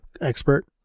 expert